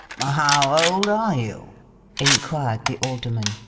how old are you inquired the alderman.